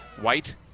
White